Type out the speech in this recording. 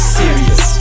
serious